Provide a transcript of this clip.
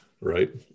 right